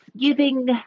giving